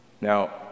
Now